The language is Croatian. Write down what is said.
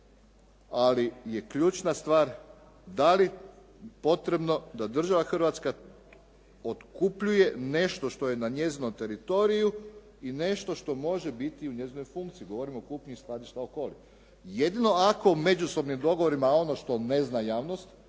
Ali je ključna stvar da li je potrebno da država Hrvatska otkupljuje nešto što je na njezinom teritoriju i nešto što može biti u njezinoj funkciji? Govorim o kupnji skladišta Okoli. Jedino ako međusobnim dogovorima ono što ne zna javnost,